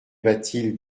bathilde